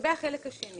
לגבי החלק השני